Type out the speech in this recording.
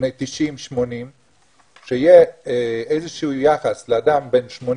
בני 90-80. שיהיה איזשהו יחס לאדם בן 80